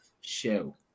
show